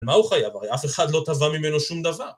מה הוא חייב? הרי אף אחד לא תבע ממנו שום דבר.